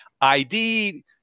ID